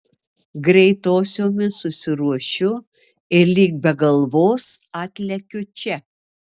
greitosiomis susiruošiu ir lyg be galvos atlekiu čia